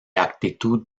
actitud